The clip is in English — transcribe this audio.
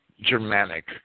Germanic